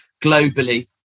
globally